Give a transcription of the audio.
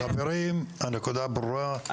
חברים, הנקודה ברורה.